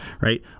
right